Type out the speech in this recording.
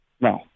No